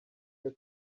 your